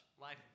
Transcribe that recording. life